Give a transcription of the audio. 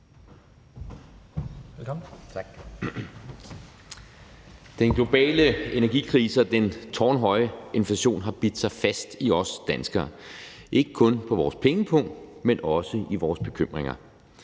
Den globale energikrise og den tårnhøje inflation har bidt sig fast i os danskere, ikke kun på vores pengepung, men også i vores bekymringer.